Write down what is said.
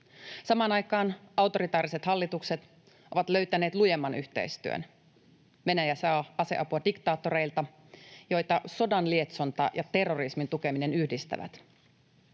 Samaan aikaan autoritaariset hallitukset ovat löytäneet lujemman yhteistyön. Venäjä saa aseapua diktaattoreilta, joita sodan lietsonta ja terrorismin tukeminen yhdistävät.